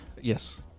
Yes